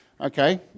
okay